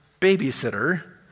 babysitter